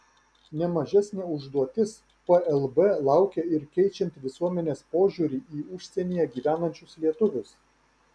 ne mažesnė užduotis plb laukia ir keičiant visuomenės požiūrį į užsienyje gyvenančius lietuvius